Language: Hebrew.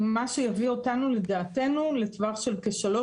מה שיביא אותנו לדעתנו לטווח של כשלוש